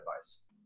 advice